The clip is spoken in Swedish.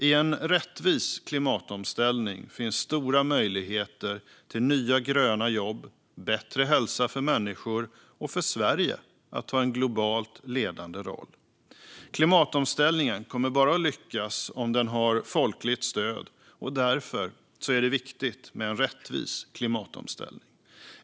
I en rättvis klimatomställning finns stora möjligheter till nya gröna jobb och bättre hälsa för människor och för Sverige att ta en globalt ledande roll. Klimatomställningen kommer bara att lyckas om den har folkligt stöd, och därför är det viktigt med en rättvis klimatomställning.